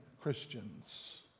Christians